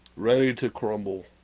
ready to crumble,